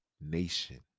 nation